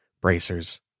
bracers